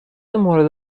مورد